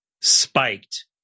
spiked